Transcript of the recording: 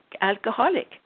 alcoholic